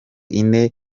ine